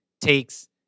takes